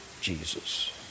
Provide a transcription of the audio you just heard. Jesus